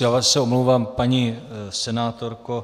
Já se omlouvám, paní senátorko.